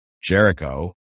Jericho